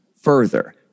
further